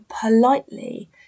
politely